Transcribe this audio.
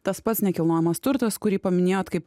tas pats nekilnojamas turtas kurį paminėjot kaip